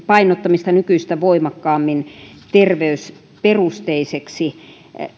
painottamista nykyistä voimakkaammin terveysperusteiseksi